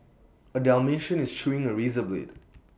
A Dalmatian is chewing A razor blade